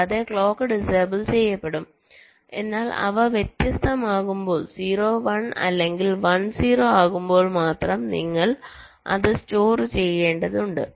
കൂടാതെ clock disable ചെയ്യപ്പെടും എന്നാൽ അവ വ്യത്യസ്തമാകുമ്പോൾ 0 1 അല്ലെങ്കിൽ 1 0 ആകുമ്പോൾ മാത്രം നിങ്ങൾ അത് സ്റ്റോർ ചെയ്യേണ്ടതുണ്ട്